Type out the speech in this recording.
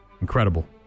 Incredible